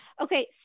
okay